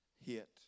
hit